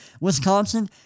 Wisconsin